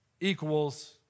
equals